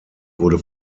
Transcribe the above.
wurde